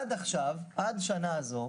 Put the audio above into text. עד השנה הזו,